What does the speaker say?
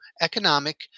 economic